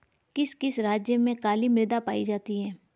किस किस राज्य में काली मृदा पाई जाती है?